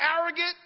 arrogant